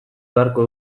beharko